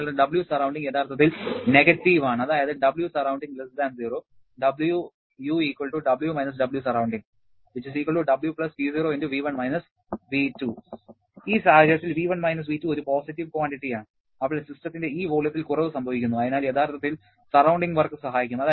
നിങ്ങളുടെ Wsurr യഥാർത്ഥത്തിൽ negative ആണ് അതായത് Wsurr 0 Wu W − Wsurr W Po V1 - V2 ഈ സാഹചര്യത്തിൽ V1 - V2 ഒരു പോസിറ്റീവ് ക്വാണ്ടിറ്റി ആണ് അവിടെ സിസ്റ്റത്തിന്റെ ഈ വോള്യത്തിൽ കുറവു സംഭവിക്കുന്നു അതിനാൽ യഥാർത്ഥത്തിൽ സറൌണ്ടിങ് വർക്ക് സഹായിക്കും